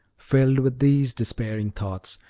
filled with these despairing thoughts,